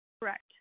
Correct